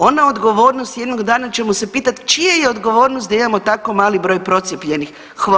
Ona odgovornost, jednog dana ćemo se pitati čija je odgovornost da imamo tako mali broj procijepljenih.